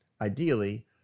ideally